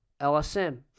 LSM